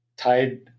tied